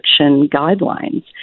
guidelines